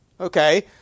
Okay